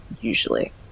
usually